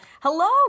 Hello